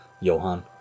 Johan